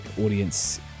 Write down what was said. audience